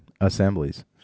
assemblies